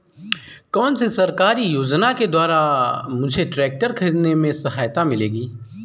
कौनसी सरकारी योजना के द्वारा मुझे ट्रैक्टर खरीदने में सहायता मिलेगी?